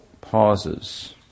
pauses